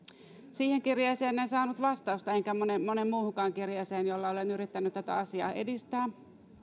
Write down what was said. siihen kirjeeseen en saanut vastausta enkä moneen muuhunkaan kirjeeseen jolla olen yrittänyt tätä asiaa edistää